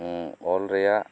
ᱚᱞ ᱨᱮᱭᱟᱜ